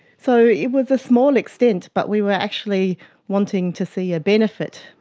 so, it was a small extent, but we were actually wanting to see a benefit.